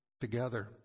together